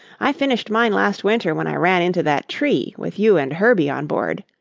i finished mine last winter when i ran into that tree with you and herbie on board.